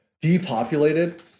depopulated